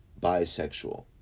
bisexual